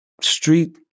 street